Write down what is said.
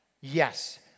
Yes